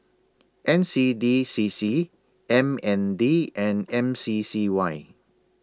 N C D C C M N D and M C C Y